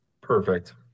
perfect